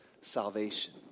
salvation